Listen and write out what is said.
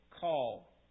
call